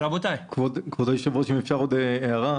כבוד היושב-ראש, אם אפשר עוד הערה.